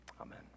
amen